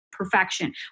Perfection